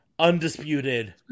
Undisputed